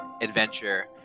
adventure